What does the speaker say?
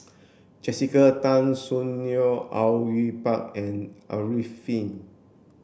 Jessica Tan Soon Neo Au Yue Pak and Arifin